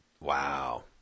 wow